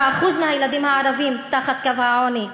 66% מהילדים הערבים מתחת לקו העוני,